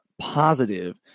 positive